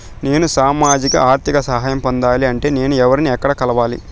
నేను సామాజిక ఆర్థిక సహాయం పొందాలి అంటే నేను ఎవర్ని ఎక్కడ కలవాలి?